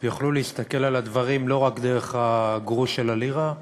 ויוכלו להסתכל על הדברים לא רק דרך הגרוש של הלירה,